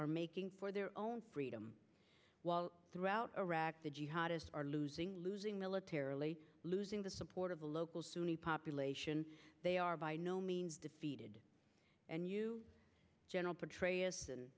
are making for their own freedom while throughout iraq the jihadists are losing losing militarily losing the support of the local sunni population they are by no means defeated and you general petraeus and